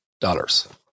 dollars